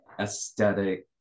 aesthetic